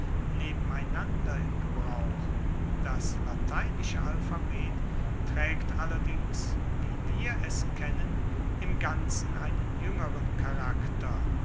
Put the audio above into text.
nebeneinander im gebrauch das lateinische alphabet traegt allerdings wie wir es kennen im ganzen einen juengeren charakter